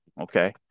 Okay